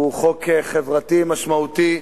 הוא חוק חברתי משמעותי,